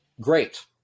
Great